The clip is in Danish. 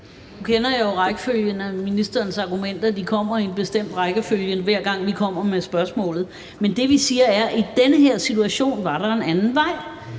Nu kender jeg jo rækkefølgen i ministerens argumenter: De kommer i en bestemt rækkefølge, hver gang vi kommer med spørgsmålet. Men det, vi siger, er, at i den her situation var der en anden vej.